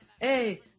hey